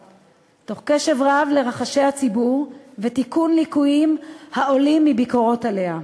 תוך קשב רב לרחשי הלב בציבור ותיקון ליקויים העולים מביקורות עליה,